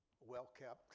well-kept